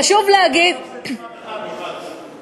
חשוב להגיד, לא מסבסדים אף אחד, מיכל.